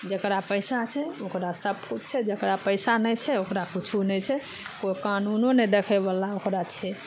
जेकरा पैसा छै ओकरा सबकिछु छै जेकरा पैसा नहि छै ओकरा किछो नहि छै कोइ कानूनो नहि देखै बला ओकरा छै